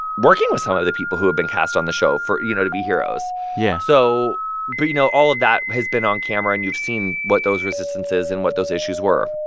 working with some of the people who have been cast on the show for you know, to be heroes yeah so but, you know, all of that has been on camera, and you've seen what those resistances and what those issues were.